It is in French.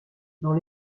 dans